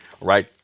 right